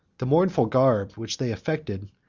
the mournful garb which they affected,